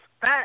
fat